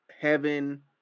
Heaven